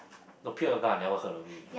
no pure yoga I never heard of it before